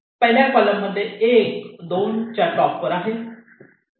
पहिल्या कॉलम मध्ये 1 2 च्या टॉप वर आहे